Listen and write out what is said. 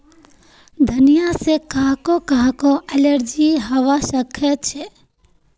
धनिया से काहको काहको एलर्जी हावा सकअछे